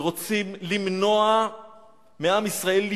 יכול להיות שמדי פעם,